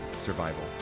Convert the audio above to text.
survival